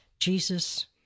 Jesus